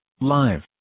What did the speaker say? live